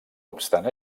obstant